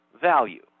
value